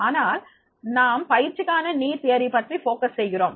ஆனால் நாம் பயிற்சிக்கான தேவைக் கோட்பாடு பற்றி கவனத்தில் கொள்கிறோம்